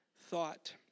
thought